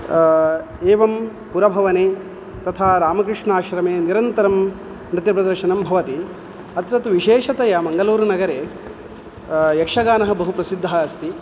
एवं पुरभवने तथा रामकृष्णाश्रमे निरन्तरं नृत्यपरदर्शनं भवति अत्र तु विशेषतया मङ्गलूरुनगरे यक्षगानः बहु प्रसिद्धः अस्ति